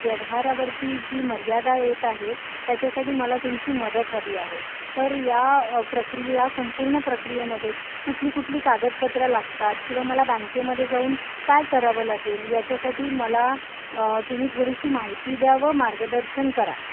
व्यवहारावरती जी मर्यादा येत आहे त्याच्यासाठी मला तुमची मदत हवी आहे तर या प्रक्रिया संपूर्ण प्रक्रियेमध्ये कुठली कुठली कागदपत्रं लागतात किंवा मला बँकेमध्ये जाऊन काय करावं लागेल याच्यासाठी मला तुम्ही थोडीशी माहिती द्या व मार्गदर्शन करा